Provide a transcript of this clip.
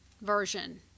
version